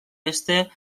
beste